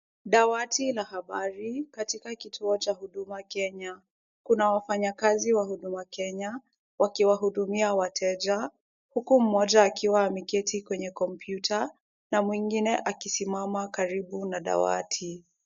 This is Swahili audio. Dawati la habari katika kituo cha Huduma Kenya. Kuna wafanyakazi wa Huduma Kenya wakiwahudumia wateja, huku mmoja akiwa ameketi kwenye kompyuta na mwingine akisimama karibu na dawati.